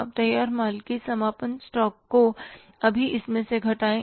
अब तैयार माल की समापन स्टॉक को अभीइसमें से घटाएं